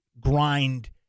grind